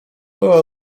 była